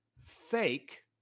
fake